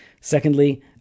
Secondly